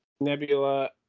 nebula